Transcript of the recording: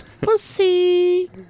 Pussy